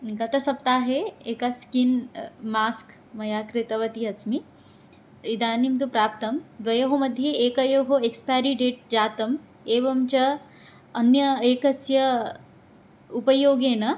गतसप्ताहे एकं skin mask मया कृतवती अस्मि इदानीं तु प्राप्तं द्वयोः मध्ये एकयोः एक्स्पायरि डेट् जातम् एवं च अन्य एकस्य उपयोगेन